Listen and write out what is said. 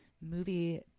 movie